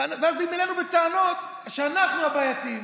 ואז באים אלינו בטענות שאנחנו הבעייתיים.